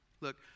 Look